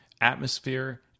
atmosphere